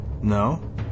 No